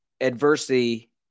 adversity